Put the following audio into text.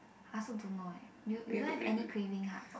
I also don't know eh you you don't have any craving ah